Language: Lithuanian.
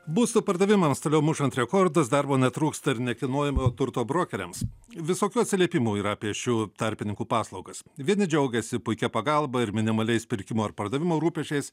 būsto pardavimams toliau mušant rekordus darbo netrūksta ir nekilnojamojo turto brokeriams visokių atsiliepimų yra apie šių tarpininkų paslaugas vieni džiaugiasi puikia pagalba ir minimaliais pirkimo ar pardavimo rūpesčiais